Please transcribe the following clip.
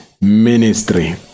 ministry